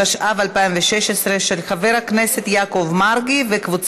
התשע"ו 2016, עברה בקריאה טרומית ועוברת